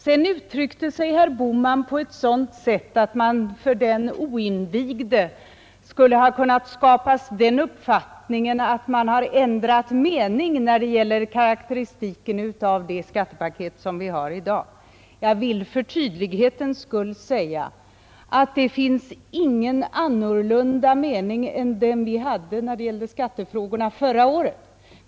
Sedan uttryckte sig herr Bohman på ett sådant sätt att för den oinvigde skulle ha kunnat skapas den uppfattningen att man ändrat mening när det gäller karakteristiken av det skattepaket som vi har i dag. Jag vill för tydlighetens skull säga, att det finns ingen annorlunda mening än den vi hade när det gällde skattefrågorna förra året.